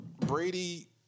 Brady